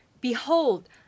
Behold